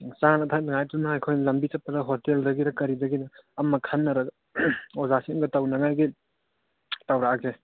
ꯆꯥꯅ ꯊꯛꯅꯤꯡꯉꯥꯏꯗꯨꯅ ꯑꯩꯈꯣꯏ ꯂꯝꯕꯤ ꯆꯠꯄꯗ ꯍꯣꯇꯦꯜꯗꯒꯤꯔꯥ ꯀꯔꯤꯗꯒꯤꯅꯣ ꯑꯃ ꯈꯟꯅꯔꯒ ꯑꯣꯖꯥꯁꯤꯡꯒ ꯇꯧꯅꯤꯡꯉꯥꯏꯒꯤ ꯇꯧꯔꯛꯑꯒꯦ